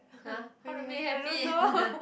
!huh! how to make happy